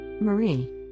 Marie